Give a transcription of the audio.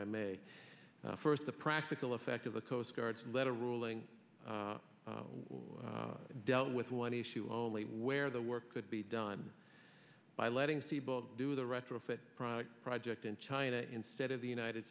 i may first the practical effect of the coastguards letter ruling dealt with one issue only where the work could be done by letting people do the retrofit project in china instead of the united